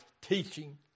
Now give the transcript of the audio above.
teaching